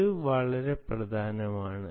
ഇത് വളരെ പ്രധാനമാണ്